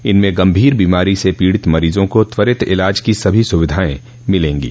इसमें गंभीर बीमारी से पीड़ित मरीजों को त्वरित इलाज की सभी सुविधाएं मिलें गी